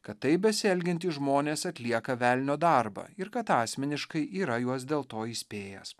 kad taip besielgiantys žmonės atlieka velnio darbą ir kad asmeniškai yra juos dėl to įspėjęs